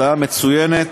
מצוינת,